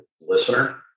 listener